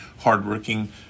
hardworking